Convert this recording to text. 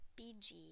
BG